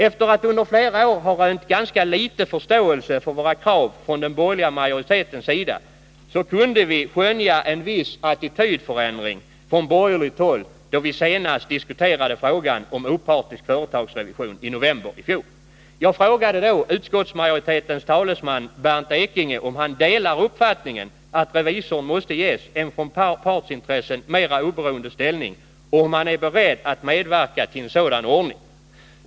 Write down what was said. Efter att under flera år ha rönt ganska liten förståelse för våra krav från den borgerliga majoritetens sida kunde vi skönja en viss attitydförändring från borgerligt håll när vi senast diskuterade frågan om opartisk företagsrevision i november i fjol. Jag frågade då utskottsmajoritetens talesman Bernt Ekinge om han delade uppfattningen att revisorn måste ges en från partsintressen mera oberoende ställning och om han var beredd att medverka till en sådan ordning.